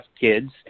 kids